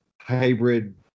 hybrid